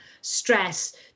stress